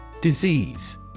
Disease